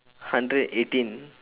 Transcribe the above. hundred eighteen